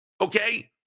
okay